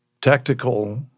tactical